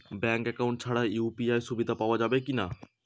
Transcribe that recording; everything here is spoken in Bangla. ব্যাঙ্ক অ্যাকাউন্ট ছাড়া ইউ.পি.আই সুবিধা পাওয়া যাবে কি না?